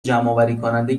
جمعآوریکننده